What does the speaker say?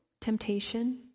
temptation